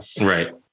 right